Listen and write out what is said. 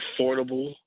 affordable